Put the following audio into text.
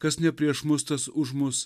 kas ne prieš mus tas už mus